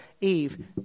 Eve